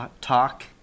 talk